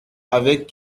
avec